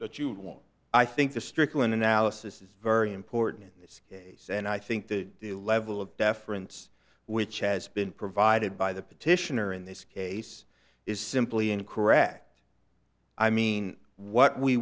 want i think the strickland analysis is very important in this case and i think that the level of deference which has been provided by the petitioner in this case is simply incorrect i mean what we